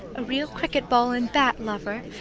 a real cricket-ball and bat, lover,